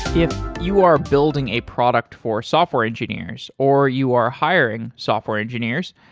if you are building a product for software engineers or you are hiring software engineers,